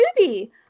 movie